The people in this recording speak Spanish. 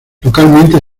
localmente